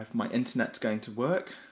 ah my internet's going to work.